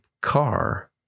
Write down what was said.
car